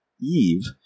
eve